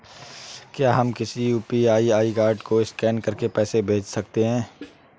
क्या हम किसी यू.पी.आई आई.डी को स्कैन करके पैसे भेज सकते हैं?